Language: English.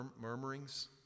murmurings